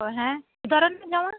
ও হ্যাঁ উদাহরণ যেমন